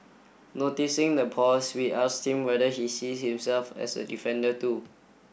noticing the pause we asked him whether he sees himself as a defender too